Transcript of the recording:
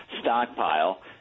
stockpile